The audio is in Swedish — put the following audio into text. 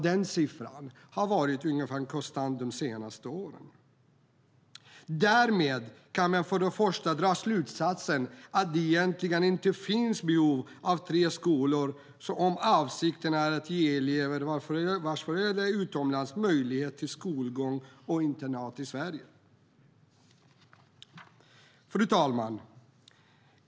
Den siffran har varit ganska konstant de senaste åren. Fru talman!